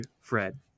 Fred